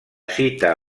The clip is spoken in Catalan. cita